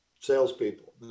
salespeople